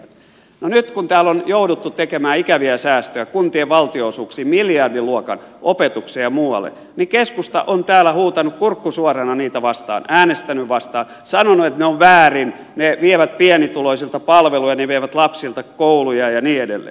no nyt kun täällä on jouduttu tekemään ikäviä miljardiluokan säästöjä kuntien valtionosuuksiin opetukseen ja muualle niin keskusta on täällä huutanut kurkku suorana niitä vastaan äänestänyt vastaan sanonut että ne ovat väärin ne vievät pienituloisilta palveluja ne vievät lapsilta kouluja ja niin edelleen